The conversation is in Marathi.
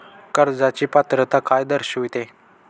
कर्जाची पात्रता काय दर्शविते?